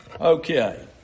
Okay